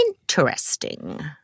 interesting